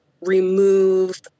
remove